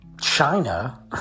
China